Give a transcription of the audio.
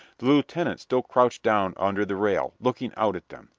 the lieutenant still crouched down under the rail, looking out at them.